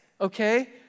okay